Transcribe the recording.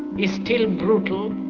is still brutal,